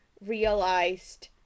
realized